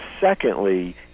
secondly